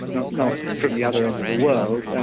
not not from the other end of the world, and